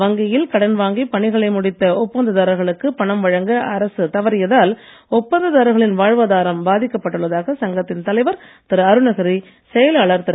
வங்கியில் கடன் வாங்கி பணிகளை முடித்த ஒப்பந்ததாரர்களுக்கு பணம் வழங்க தவறியதால் ஒப்பந்ததாரர்களின் வாழ்வாதாரம் அரசு பாதிக்கப்பட்டுள்ளதாக சங்கத்தின் தலைவர் திரு அருணகிரி செயலாளர் திரு